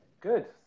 Good